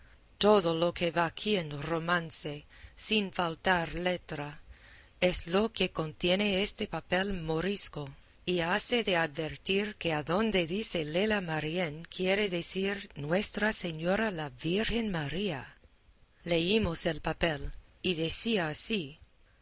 todo lo que va aquí en romance sin faltar letra es lo que contiene este papel morisco y hase de advertir que adonde dice lela marién quiere decir nuestra señora la virgen maría leímos el papel y decía así cuando